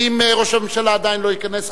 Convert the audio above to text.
ואם ראש הממשלה עדיין לא ייכנס,